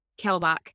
Kelbach